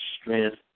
strength